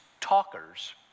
talkers